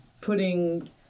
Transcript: putting